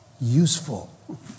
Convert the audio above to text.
useful